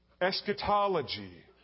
eschatology